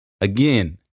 Again